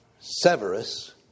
Severus